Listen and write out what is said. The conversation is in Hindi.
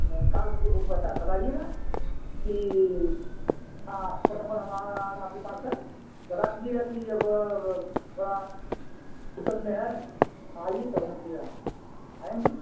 ना काल करके बता बताइएगा कि हाँ फोन नंबर हमारा आपके पास है बता दीजिएगा कि अब थोड़ा फुरसत में हैं आइए तो हम फिर आएँगे